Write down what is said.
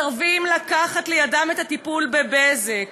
מסרבים לקחת לידם את הטיפול ב"בזק".